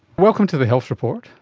welcome to the health report.